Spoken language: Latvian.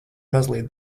mazliet